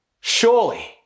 Surely